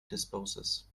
disposes